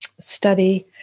study